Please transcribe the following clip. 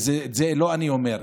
ואת זה לא אני אומר,